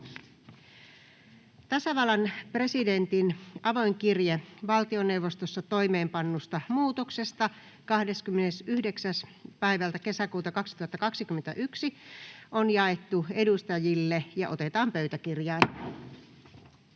Tasavallan presidentin avoin kirje valtioneuvostossa toimeenpannusta muutoksesta 29.6.2021 on jaettu edustajille ja otetaan pöytäkirjaan.